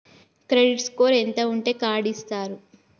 Credit score ఎంత ఉంటే card ఇస్తారు?